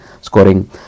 scoring